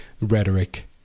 rhetoric